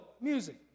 music